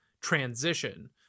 transition